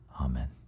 Amen